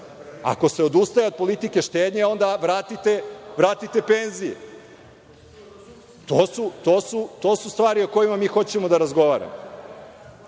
Ako se odustaje od politike štednje, onda vratite penzije. To su stvari o kojima mi hoćemo da razgovaramo. Zatim,